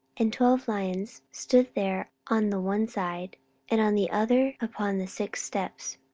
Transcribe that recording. and twelve lions stood there on the one side and on the other upon the six steps.